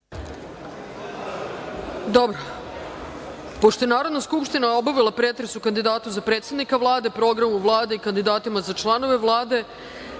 Pošto je Narodna skupština obavila pretres o kandidatu za predsednika Vlade, Programu Vlade i kandidatima za članove Vlade,